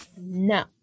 No